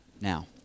now